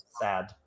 sad